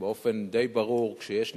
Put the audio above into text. באופן די ברור, כשיש נטיעות,